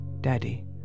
Daddy